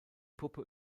puppe